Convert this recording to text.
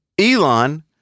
Elon